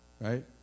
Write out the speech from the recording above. Right